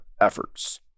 efforts